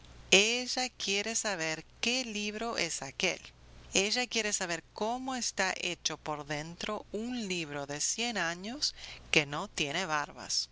ella quiere saber qué libro es aquél ella quiere saber cómo está hecho por dentro un libro de cien años que no tiene barbas